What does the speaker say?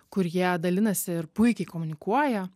kur jie dalinasi ir puikiai komunikuoja